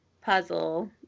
puzzle